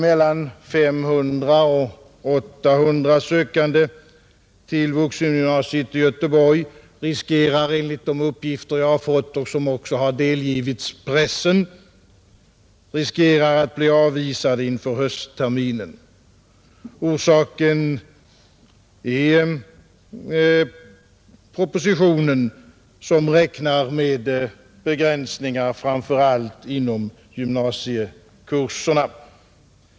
Mellan 500 och 800 sökande till vuxengymnasiet i Göteborg riskerar, enligt uppgifter som jag har fått och som också har delgivits pressen, att bli avvisade inför höstterminen. Orsaken är propositionen som räknar med begränsningar, framför allt inom gymnasiekurserna.